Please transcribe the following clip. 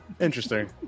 interesting